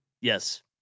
Yes